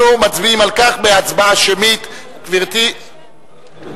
אנחנו מצביעים על כך בהצבעה שמית, גברתי,